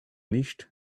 nicht